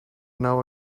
now